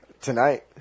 Tonight